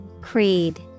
Creed